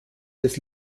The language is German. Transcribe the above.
des